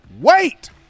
wait